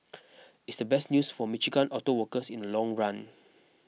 it's the best news for Michigan auto workers in a long run